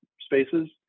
spaces